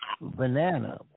Banana